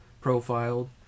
profiled